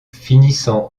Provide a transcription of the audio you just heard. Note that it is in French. finissant